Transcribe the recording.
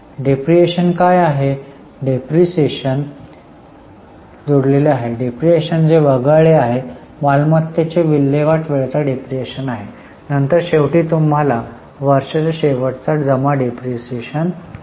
depreciation काय आहे depreciation जोडलेला आहे डिप्रीशीएशन जो वगळला आहे मालमत्तेच्या विल्हेवाट वेळेचा डिप्रीशीएशन आहे नंतर शेवटी तुम्हाला वर्षाच्या शेवटीचा जमा डिप्रीशीएशन मिळेल